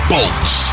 Bolts